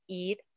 eat